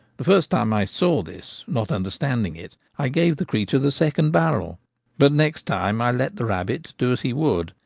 the first time i saw this, not understanding it, i gave the creature the second barrel but next time i let the rabbit do as he would.